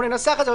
ננסח את זה,